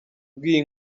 bw’iyi